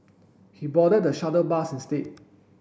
he boarded the shuttle bus instead